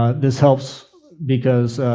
ah this helps because